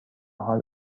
حال